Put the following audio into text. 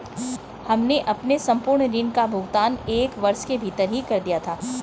हमने अपने संपूर्ण ऋण का भुगतान एक वर्ष के भीतर ही कर दिया था